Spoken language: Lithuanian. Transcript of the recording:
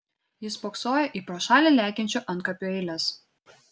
jis spoksojo į pro šalį lekiančių antkapių eiles